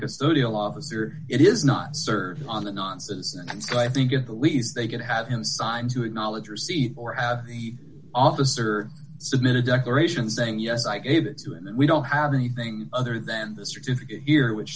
custodial officer it is not served on a non citizen and so i think at the least they can have him sign to acknowledge receipt or have the officer submit a declaration saying yes i gave it to him and we don't have anything other than the certificate here which